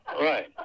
right